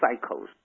cycles